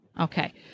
Okay